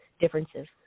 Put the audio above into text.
differences